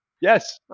yes